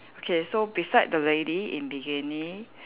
okay so beside the lady in bikini